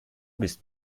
bist